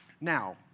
Now